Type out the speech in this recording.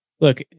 Look